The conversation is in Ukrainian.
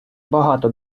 багато